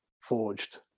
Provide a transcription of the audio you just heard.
forged